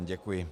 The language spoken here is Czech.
Děkuji.